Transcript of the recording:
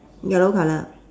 yellow colour